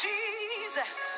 Jesus